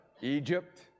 Egypt